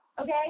okay